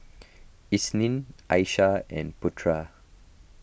Isnin Aishah and Putra